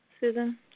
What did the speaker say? Susan